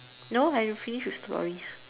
no are you finish the stories